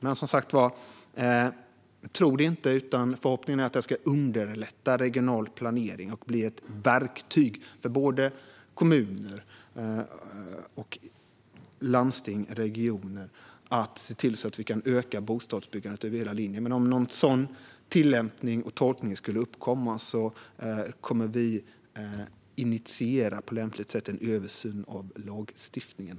Men som sagt var tror vi inte det, utan förhoppningen är att den ska underlätta regional planering och bli ett verktyg för kommuner, landsting och regioner att öka bostadsbyggandet över hela linjen. Om någon annan tillämpning och tolkning skulle uppkomma kommer vi på lämpligt sätt att initiera en översyn av lagstiftningen.